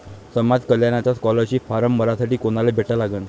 समाज कल्याणचा scholarship form भरासाठी कुनाले भेटा लागन?